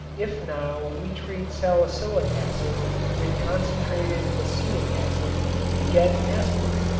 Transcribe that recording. if now we treat salicylic acid with concentrated acetic acid we get aspirin.